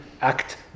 act